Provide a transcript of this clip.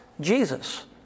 Jesus